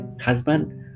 husband